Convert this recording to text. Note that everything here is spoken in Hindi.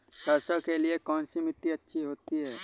सरसो के लिए कौन सी मिट्टी अच्छी होती है?